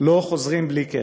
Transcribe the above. לא חוזרים בלי קרן.